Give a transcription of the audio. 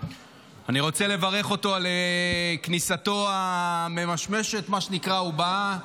אני רוצה לברך אותו על כניסתו הממשמשת ובאה,